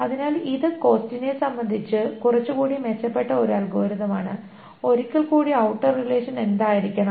അതിനാൽ ഇത് കോസ്റ്റിനെ സംബന്ധിച്ച കുറച്ചുകൂടി മെച്ചപ്പെട്ട ഒരു അൽഗോരിതം ആണ് ഒരിക്കൽ കൂടി ഔട്ടർ റിലേഷൻ എന്തായിരിക്കണം